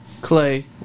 Clay